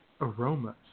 aromas